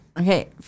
Okay